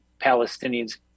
Palestinians